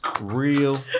Real